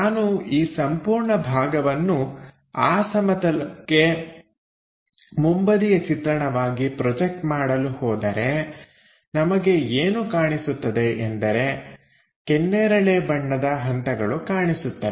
ನಾನು ಈ ಸಂಪೂರ್ಣ ಭಾಗವನ್ನು ಆ ಸಮತಲಕ್ಕೆ ಮುಂಬದಿಯ ಚಿತ್ರಣವಾಗಿ ಪ್ರೊಜೆಕ್ಟ್ ಮಾಡಲು ಹೋದರೆ ನಮಗೆ ಏನು ಕಾಣಿಸುತ್ತದೆ ಎಂದರೆ ಕೆನ್ನೇರಳೆ ಬಣ್ಣದ ಹಂತಗಳು ಕಾಣಿಸುತ್ತವೆ